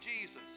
Jesus